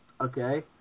Okay